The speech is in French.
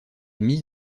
mis